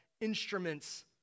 instruments